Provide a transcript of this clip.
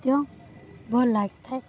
ତ ଭଲ ଲାଗିଥାଏ